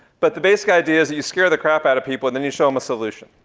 but the basic idea is you scare the crap outta people, and then you show em a solution,